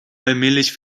allmählich